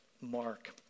Mark